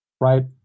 right